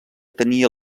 tenia